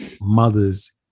mother's